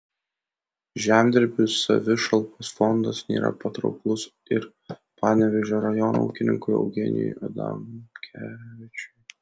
žemdirbių savišalpos fondas nėra patrauklus ir panevėžio rajono ūkininkui eugenijui adamkevičiui